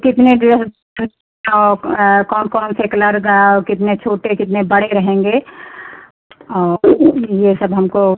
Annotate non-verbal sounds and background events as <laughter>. कितने <unintelligible> और कौन कौन से कलर का औ कितने छोटे कितने बड़े रहेंगे और ये सब हमको